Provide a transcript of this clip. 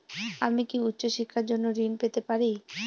আমি কি উচ্চ শিক্ষার জন্য ঋণ পেতে পারি?